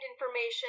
information